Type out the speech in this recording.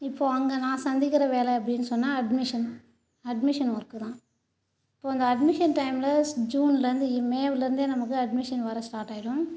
இப்போ அங்கே நான் சந்திக்கிற வேலை அப்படின்னு சொன்னால் அட்மிஷன் அட்மிஷன் ஒர்க்கு தான் இப்போ இந்த அட்மிஷன் டைம்ல ஸ் ஜூன்லேந்து மேவ்லேருந்தே நமக்கு அட்மிஷன் வர ஸ்டார்ட் ஆயிரும்